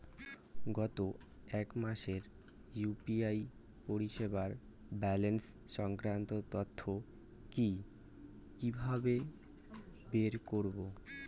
গত এক মাসের ইউ.পি.আই পরিষেবার ব্যালান্স সংক্রান্ত তথ্য কি কিভাবে বের করব?